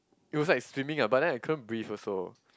it was like swimming uh but then I couldn't breathe also